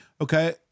Okay